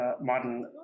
modern